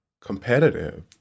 competitive